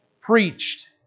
preached